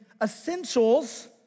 essentials